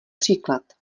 příklad